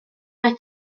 mae